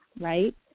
Right